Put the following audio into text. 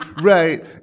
Right